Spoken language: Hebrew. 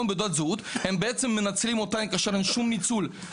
ותעודת הזהות ושהם מנצלים אותנו כאשר אין שום ניצול.